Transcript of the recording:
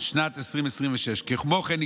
שנת 2026. כמו כן,